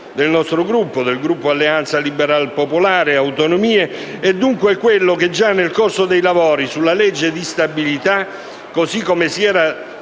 L'auspicio del Gruppo Alleanza Liberalpopolare-Autonomie è dunque quello che, già nel corso dei lavori sulla legge di stabilità, così come si era